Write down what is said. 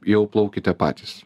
jau plaukite patys